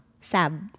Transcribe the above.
Sab